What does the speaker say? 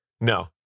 No